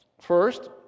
first